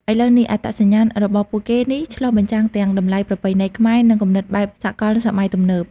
ឥឡូវនេះ អត្តសញ្ញាណរបស់ពួកគេនេះឆ្លុះបញ្ចាំងទាំងតម្លៃប្រពៃណីខ្មែរ និងគំនិតបែបសកលសម័យទំនើប។